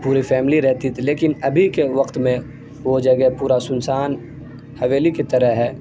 پوری فیملی رہتی تھی لیکن ابھی کے وقت میں وہ جگہ پورا سنسان حویلی کی طرح ہے